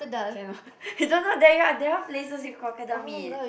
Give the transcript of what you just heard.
cannot you don't know there are there are places with crocodile meat